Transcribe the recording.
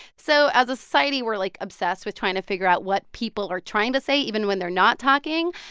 so as a society we're, like, obsessed with trying to figure out what people are trying to say even when they're not talking.